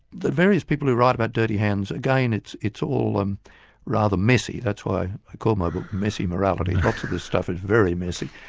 the various people who write about dirty hands again it's it's all and rather messy, that's why i called my book messy morality, lots of this stuff is very messy.